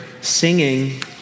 singing